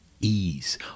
ease